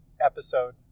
episode